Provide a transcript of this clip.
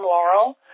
Laurel